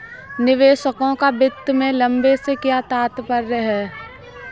निवेशकों का वित्त में लंबे से क्या तात्पर्य है?